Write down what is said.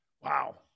Wow